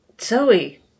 Zoe